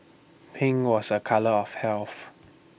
pink was A colour of health